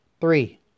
Three